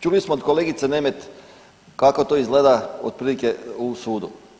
Čuli smo od kolegice Nemet kako to izgleda otprilike u sudu.